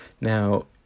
Now